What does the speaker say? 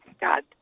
God